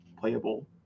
playable